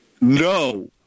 No